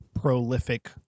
prolific